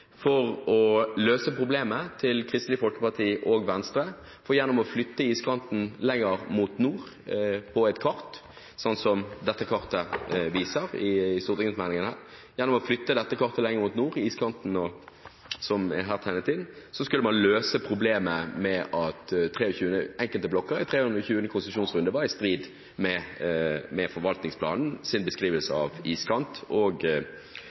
for å løse problemet til Kristelig Folkeparti og Venstre. For gjennom å flytte iskanten lenger mot nord på et kart – slik som dette kartet i stortingsmeldingen viser, der iskanten er tegnet inn – så skulle man løse problemet med at enkelte blokker i 23. konsesjonsrunde var i strid med forvaltningsplanens beskrivelse av iskanten og